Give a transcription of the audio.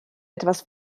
etwas